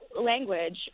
language